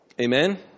Amen